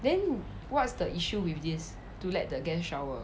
then what's the issue with this to let the guest shower